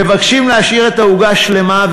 מבקשים להשאיר את העוגה שלמה,